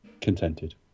contented